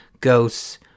ghosts